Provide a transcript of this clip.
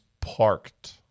parked